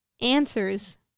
answers